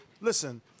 listen